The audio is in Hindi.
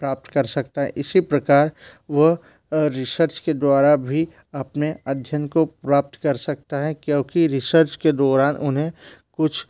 प्राप्त कर सकता है इसी प्रकार वो रिसर्च के द्वारा भी अपने अध्ययन को प्राप्त कर सकता है क्योंकि रिसर्च के दौरान उन्हें कुछ